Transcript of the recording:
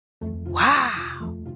Wow